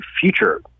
future